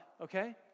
okay